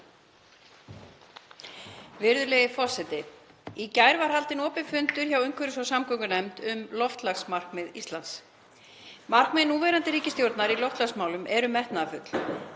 Virðulegi forseti. Í gær var haldinn opinn fundur hjá umhverfis- og samgöngunefnd um loftslagsmarkmið Íslands. Markmið núverandi ríkisstjórnar í loftslagsmálum eru metnaðarfull.